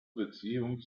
beziehung